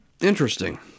Interesting